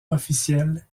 officiel